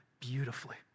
Beautifully